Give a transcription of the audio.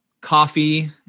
coffee